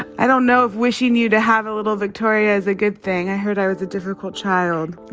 i don't know if wishing you to have a little victoria is a good thing. i heard i was a difficult child.